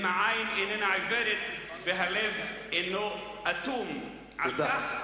אם העין איננה עיוורת והלב אינו אטום." תודה.